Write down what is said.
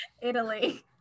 Italy